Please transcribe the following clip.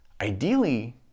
Ideally